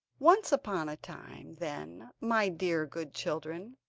once upon a time, then, my dear good children,